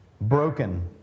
broken